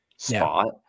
spot